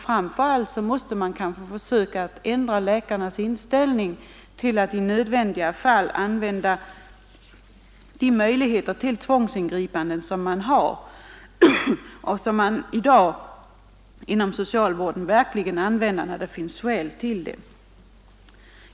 Framför allt måste man kanske försöka ändra läkarnas inställning till att i nödvändiga fall använda de möjligheter till tvångsingripanden som man har och som man i dag använder inom socialvården när det finns skäl till det.